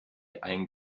ein